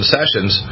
Sessions